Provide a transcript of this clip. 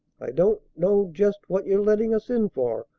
i don't know just what you're letting us in for,